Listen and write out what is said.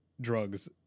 drugs